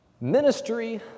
Ministry